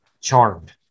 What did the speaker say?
Charmed